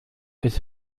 ist